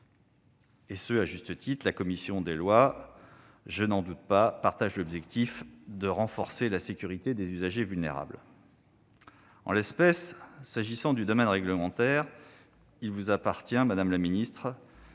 traiter le problème, la commission des lois, je n'en doute pas, partage l'objectif de renforcer la sécurité des usagers vulnérables. En l'espèce, s'agissant du domaine réglementaire, il vous appartient, madame la ministre,